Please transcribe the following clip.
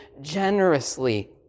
generously